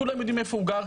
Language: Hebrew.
כולם יודעים איפה הוא גר.